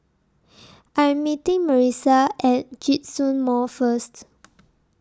I Am meeting Marissa At Djitsun Mall First